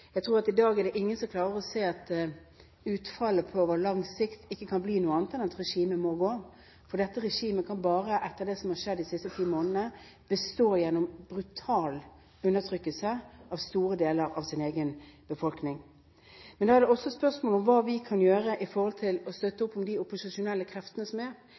Jeg tror at i dag er det ingen som klarer å se at utfallet på lang sikt kan bli noe annet enn at regimet må gå, for etter det som har skjedd de siste ti månedene, kan dette regimet bare bestå gjennom brutal undertrykkelse av store deler av sin egen befolkning. Men da er også spørsmålet hva vi kan gjøre når det gjelder å støtte opp om de opposisjonelle kreftene som er.